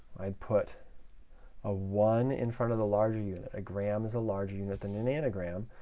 i'd put a one in front of the larger unit. a gram is a larger unit than a nanogram.